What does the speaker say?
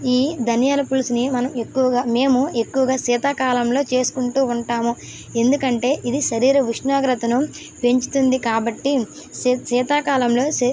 ఈ ధనియాల పులుసుని మనం మేము ఎక్కువగా శీతాకాలంలో చేసుకుంటూ ఉంటాము ఎందుకంటే ఇది శరీర ఉష్ణోగ్రతను పెంచుతుంది కాబట్టి శీతాకాలంలో శ